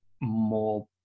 more